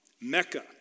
Mecca